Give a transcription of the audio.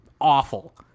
awful